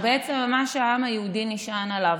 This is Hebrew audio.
בעצם מה שהעם היהודי נשען עליו.